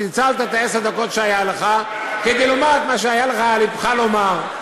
ניצלת את עשר הדקות שהיו לך כדי לומר את מה שהיה לך על לבך לומר,